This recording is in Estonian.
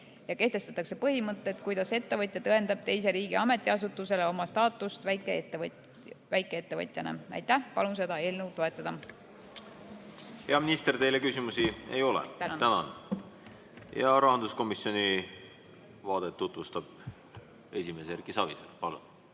ja kehtestatakse põhimõtted, kuidas ettevõtja tõendab teise riigi ametiasutusele oma staatust väikeettevõtjana. Aitäh! Palun seda eelnõu toetada. Hea minister, teile küsimusi ei ole. Tänan! Rahanduskomisjoni vaadet tutvustab esimees Erki Savisaar. Palun!